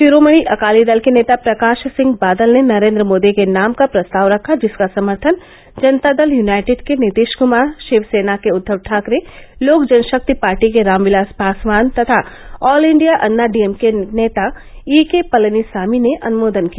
शिरोमणि अकाली दल के नेता प्रकाश सिंह बादल ने नरेन्द्र मोदी के नाम का प्रस्ताव रखा जिसका समर्थन जनता दल यूनाइटेड के नीतिश कुमार शिवसेना के उद्धव ठाकरे लोक जनशक्ति पार्टी के रामविलास पासवान तथा ऑल इंडिया अन्ना डीएमके नेता ई के पलनीसामी ने अनुमोदन किया